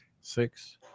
Six